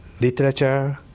literature